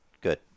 Good